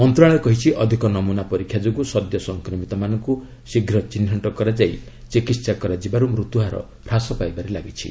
ମନ୍ତ୍ରଶାଳୟ କହିଛି ଅଧିକ ନମ୍ରନା ପରୀକ୍ଷା ଯୋଗୁଁ ସଦ୍ୟ ସଂକ୍ରମିତମାନଙ୍କୁ ଶୀଘ୍ର ଚିହ୍ନଟ କରାଯାଇ ଚିକିତ୍ସା କରାଯିବାରୁ ମୃତ୍ୟୁହାର ହ୍ରାସ ପାଇବାରେ ଲାଗିଛି